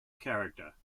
character